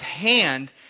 hand